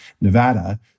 Nevada